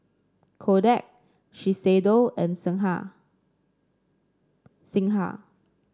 Kodak Shiseido and Singha Singha